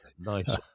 nice